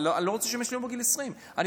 אבל אני לא רוצה שהם ישלימו בגיל 20. אני